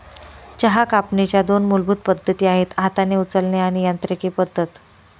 चहा कापणीच्या दोन मूलभूत पद्धती आहेत हाताने उचलणे आणि यांत्रिकी पद्धत